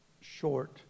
short